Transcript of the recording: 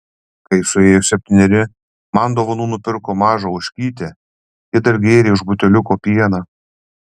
kai suėjo septyneri man dovanų nupirko mažą ožkytę ji dar gėrė iš buteliuko pieną